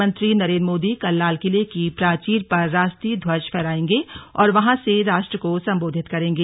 प्रधानमंत्री नरेन्द्र मोदी कल लाल किले की प्राचीर पर राष्ट्रीय ध्वज फहरायेंगे और वहां से राष्ट्र को सम्बोधित करेंगे